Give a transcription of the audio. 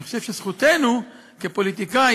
אני חושב שזכותנו כפוליטיקאים